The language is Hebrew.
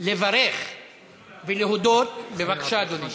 לברך ולהודות, בבקשה, אדוני.